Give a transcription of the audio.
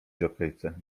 dżokejce